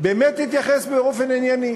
באמת תתייחס באופן ענייני.